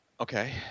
okay